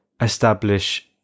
establish